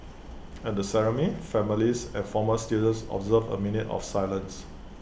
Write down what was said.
at the ceremony families and former students observed A minute of silence